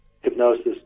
hypnosis